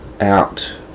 out